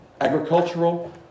Agricultural